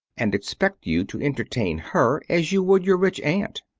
and expect you to entertain her as you would your rich aunt.